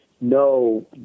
No